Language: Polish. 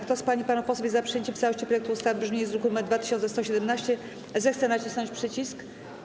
Kto z pań i panów posłów jest za przyjęciem w całości projektu ustawy w brzmieniu z druku nr 2117, zechce nacisnąć przycisk.